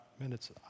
minutes